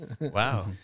Wow